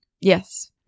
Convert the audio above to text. Yes